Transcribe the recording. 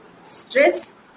stress